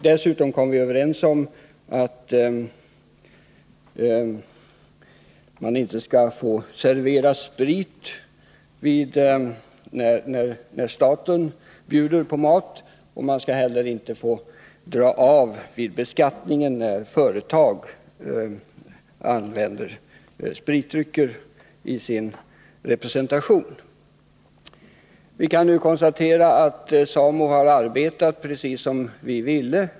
Dessutom kom vi överens om att det inte skall serveras sprit när staten bjuder på mat. Vidare skall inte de företag som bjuder på sprit i samband med representation få dra av för kostnaderna vid beskattningen. Vi kan nu konstatera att SAMO har arbetat precis som vi ville.